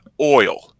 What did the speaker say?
Oil